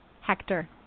Hector